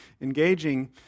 engaging